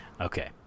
okay